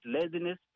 laziness